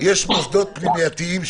יש מוסדות פנימייתיים,